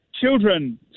children